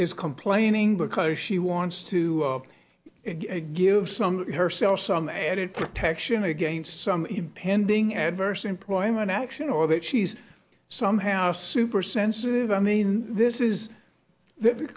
is complaining but because she wants to give some of herself some added protection against some impending adverse employment action or that she's somehow super sensitive i mean this is the